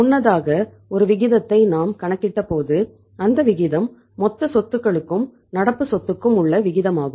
முன்னதாக ஒரு விகிதத்தை நாம் கணக்கிட்ட போது அந்த விகிதம் மொத்த சொத்துக்களுக்கும் நடப்பு சொத்துக்கும் உள்ள விகிதமாகும்